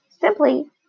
simply